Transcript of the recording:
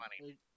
money